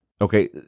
Okay